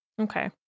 okay